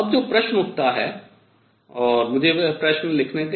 अब जो प्रश्न उठता है और मुझे वह प्रश्न लिखने दें